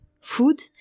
food